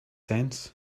sense